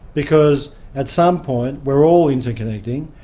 because at some point we're all interconnecting,